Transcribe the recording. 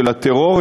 של הטרור,